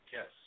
Yes